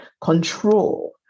control